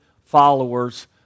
followers